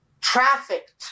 trafficked